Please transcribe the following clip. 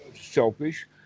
selfish